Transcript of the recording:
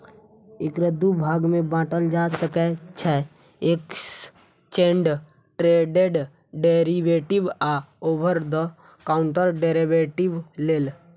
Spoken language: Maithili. एकरा दू भाग मे बांटल जा सकै छै, एक्सचेंड ट्रेडेड डेरिवेटिव आ ओवर द काउंटर डेरेवेटिव लेल